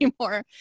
anymore